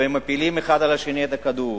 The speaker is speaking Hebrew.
ומפילים האחד על השני את הכדור.